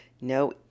no